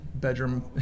bedroom